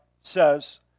says